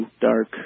dark